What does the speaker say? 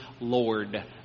Lord